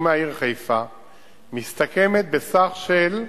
בתחומי העיר חיפה מסתכמת בסך של,